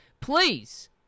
Please